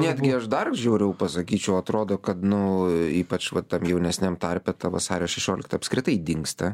netgi aš dar žiauriau pasakyčiau atrodo kad nu ypač va tam jaunesniam tarpe ta vasario šešiolikta apskritai dingsta